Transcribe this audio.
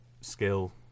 skill